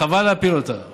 חבל להפיל אותה.